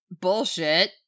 bullshit